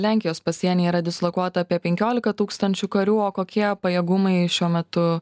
lenkijos pasienyje yra dislokuota apie penkiolika tūkstančių karių o kokie pajėgumai šiuo metu